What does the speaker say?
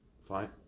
fine